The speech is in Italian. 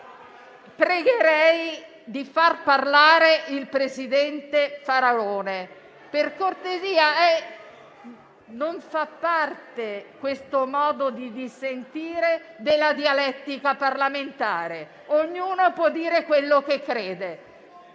Pregherei di far parlare il presidente Faraone, per cortesia. Questo modo di dissentire non fa parte della dialettica parlamentare; ognuno può dire quello che crede.